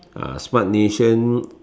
ah smart nation